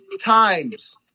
times